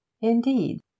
indeed